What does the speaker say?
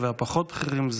והפחות-בכירים,